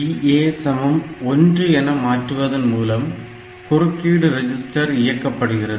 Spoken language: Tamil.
EA 1 என மாற்றுவதன் மூலம் குறுக்கீடு ரெஜிஸ்டர் இயக்கப்படுகிறது